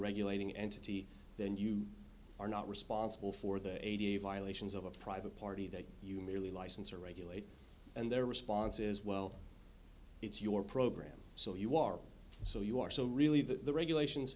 regulating entity then you are not responsible for the eighty violations of a private party that you merely license or regulate and their response is well it's your program so you are so you are so really that the regulations